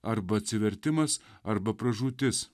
arba atsivertimas arba pražūtis